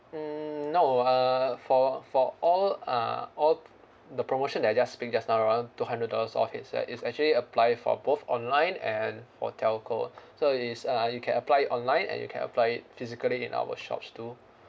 mm no uh for for all uh all the promotion that I just speak just now around two hundred dollars off it's a it's actually apply for both online and for telco so it's uh you can apply online and you can apply physically in our shops too